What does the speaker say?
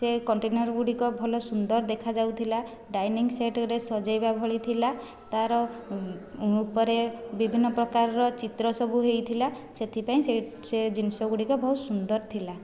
ସେ କଣ୍ଟେନର ଗୁଡ଼ିକ ଭଲ ସୁନ୍ଦର ଦେଖାଯାଉଥିଲା ଡାଇନିଂ ସେଟ୍ ରେ ସଜେଇଲା ଭଳି ଥିଲା ତାର ଉପରେ ବିଭିନ୍ନ ପ୍ରକାର ଚିତ୍ର ସବୁ ହୋଇଥିଲା ସେଥିପାଇଁ ସେ ସେ ଜିନିଷଗୁଡ଼ିକ ବହୁତ ସୁନ୍ଦର ଥିଲା